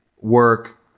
work